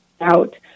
out